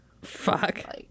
Fuck